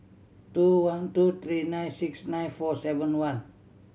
two one two three nine six nine four seven one